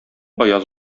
аяз